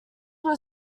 were